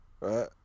Right